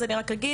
אז אני רק אגיד,